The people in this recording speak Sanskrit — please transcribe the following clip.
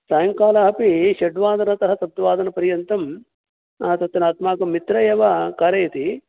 सायङ्कालः अपि षड्वादनतः सप्तवादनपर्यन्तम् आ तत्र अस्माकं मित्रम् एव कारयति